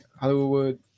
hollywood